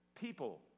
people